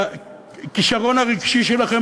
הכישרון הרגשי שלכם,